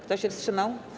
Kto się wstrzymał?